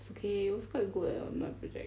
it's okay it was quite good eh my project